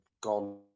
gone